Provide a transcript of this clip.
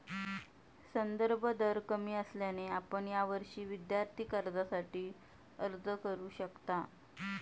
संदर्भ दर कमी असल्याने आपण यावर्षी विद्यार्थी कर्जासाठी अर्ज करू शकता